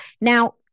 Now